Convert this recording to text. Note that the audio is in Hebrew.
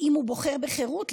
אם הוא בוחר בְּחירוּת,